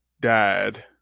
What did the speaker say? died